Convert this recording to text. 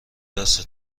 دست